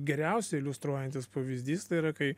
geriausiai iliustruojantis pavyzdys tai yra kai